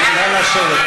נא לשבת,